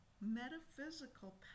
Metaphysical